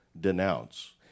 denounce